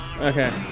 Okay